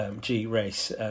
G-race